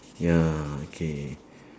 ya okay